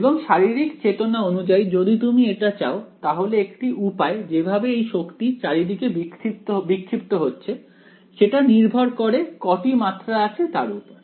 এবং শারীরিক চেতনা অনুযায়ী যদি তুমি এটা চাও তাহলে একটি উপায় যেভাবে এই শক্তি চারিদিকে বিক্ষিপ্ত হচ্ছে সেটা নির্ভর করে কটি মাত্রা আছে তার উপর